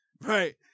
Right